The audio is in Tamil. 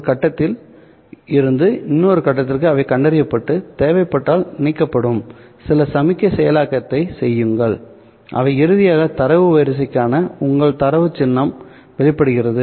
ஒரு கட்டத்தில் இருந்து இன்னொரு கட்டத்தில் அவை கண்டறியப்பட்டு தேவைப்பட்டால் நீக்கப்படும் சில சமிக்ஞை செயலாக்கத்தைச் செய்யுங்கள் அவை இறுதியாக தரவு வரிசைக்கான உங்கள் தரவு சின்னம் வெளிப்படுகிறது